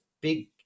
big